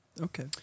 Okay